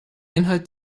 inhalt